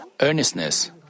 earnestness